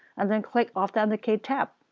and then click authenticate tab,